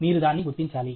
మీరు దాన్ని గుర్తించాలి